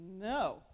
no